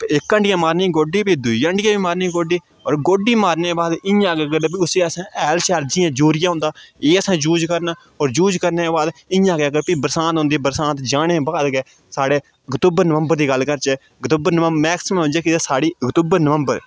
ते इक हांडियै मारनी गौड्डी भी दूई हांडियै बी मारनी गौड्डी होर गौड्डी मारने बाद इ'यां गै मतलब उसी असें हैल शैल जि'यां यूरिया होंदा ऐ असें यूज़ करना होर यूज़ करने बाद इ'यां गै अगर भी बरसांत होंदी बरसांत जाने बाद गै साढे अक्टूबर नवम्बर दी गल्ल करचै अक्टूबर नवम्बर मैक्सीमम जे साढ़ी अक्टूबर नवम्बर